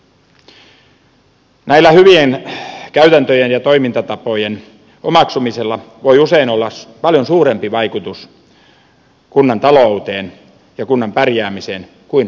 näiden hyvien käytäntöjen ja toimintatapojen omaksumisella voi usein olla paljon suurempi vaikutus kunnan talouteen ja kunnan pärjäämiseen kuin kuntarakenteella